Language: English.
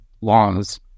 laws